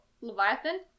Leviathan